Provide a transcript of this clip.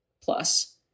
plus